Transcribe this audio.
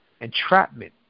entrapment